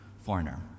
foreigner